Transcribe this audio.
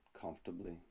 comfortably